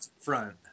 front